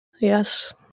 Yes